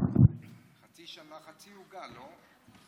חצי שנה, חצי עוגה, לא?